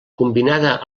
combinada